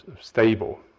stable